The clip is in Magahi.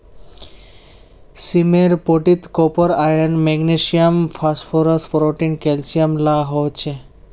सीमेर पोटीत copper, iron, magnesium, phosphorus, protein, calcium ला हो छे